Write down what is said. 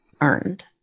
earned